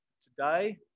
Today